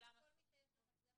כשאין לנו נוהל